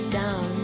down